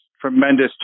tremendous